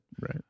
Right